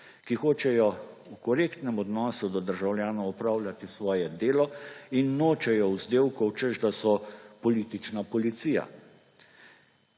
ki hočejo v korektnem odnosu do državljanov opravljati svoje delo in nočejo vzdevkov, češ da so politična policija.